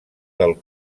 del